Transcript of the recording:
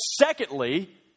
secondly